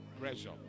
pressure